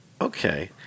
Okay